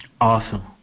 Awesome